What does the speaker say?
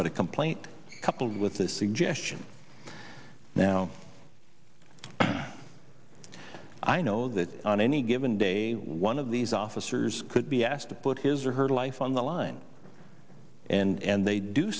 but a complaint coupled with this suggestion now i know that on any given day one of these officers could be asked to put his or her life on the line and they do